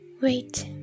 Wait